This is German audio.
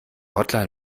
hotline